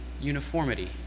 uniformity